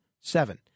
seven